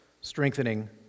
strengthening